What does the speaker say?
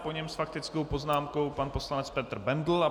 Po něm s faktickou poznámkou pan poslanec Petr Bendl.